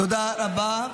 תודה רבה.